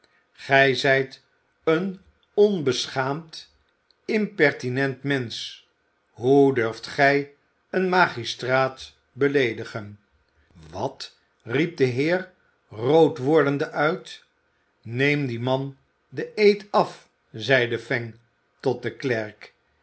gij zijt een onbeschaamd impertinent mensen hoe durft gij een magistraat bcleedigen wat riep de heer rood wordende uit neem dien man den eed af zeide fang tot den klerk